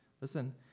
Listen